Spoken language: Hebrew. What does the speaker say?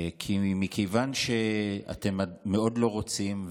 מכיוון שאתם מאוד לא רוצים,